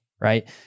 right